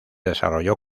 desarrolló